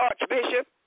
archbishop